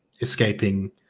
escaping